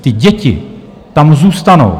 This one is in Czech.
Ty děti tam zůstanou.